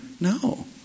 No